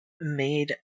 made